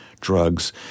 drugs